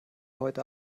heute